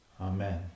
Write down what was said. Amen